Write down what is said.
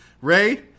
ray